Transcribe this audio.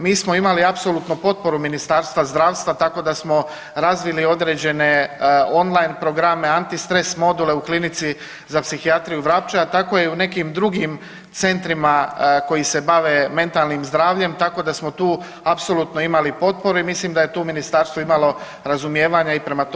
Mi smo imali apsolutno potporu Ministarstva zdravstva tako da smo razvili određene on-line programe, antistres module u Klinici za psihijatriju Vrapče, a tako je i u nekim drugim centrima koji se bave mentalnim zdravljem tako da smo tu apsolutno imali potporu i mislim da je tu ministarstvo imalo razumijevanja i prema tom aspektu.